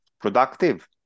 productive